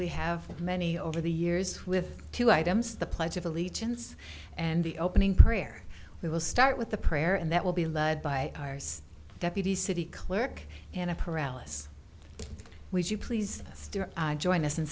we have many over the years with two items the pledge of allegiance and the opening prayer we will start with the prayer and that will be led by deputy city clerk and a paralysis would you please join us in